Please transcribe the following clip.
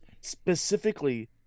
specifically